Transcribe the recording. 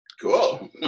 cool